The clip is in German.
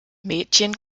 mädchen